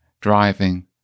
driving